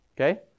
Okay